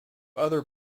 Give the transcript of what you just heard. other